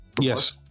yes